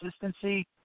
consistency